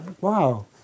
wow